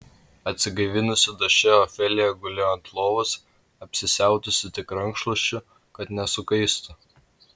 atsigaivinusi duše ofelija gulėjo ant lovos apsisiautusi tik rankšluosčiu kad nesukaistų